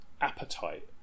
appetite